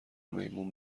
میمون